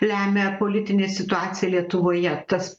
lemia politinė situacija lietuvoje tas